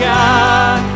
God